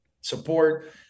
support